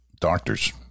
Doctors